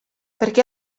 perché